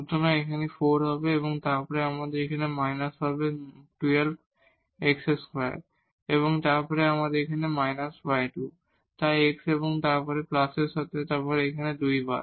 সুতরাং এটি 4 হবে এবং তারপরে আমাদের এখানে মাইনাস হবে 12 x2 এবং তারপর এখানে −y2 তাই x এবং তারপর প্লাসের সাথে তাই এখানে এটি 2 বার